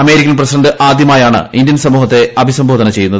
American president ആദ്യമായാണ് Indian സമൂഹത്തെ അഭിസംബോധന് ചെയ്യുന്നത്